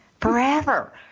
Forever